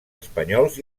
espanyols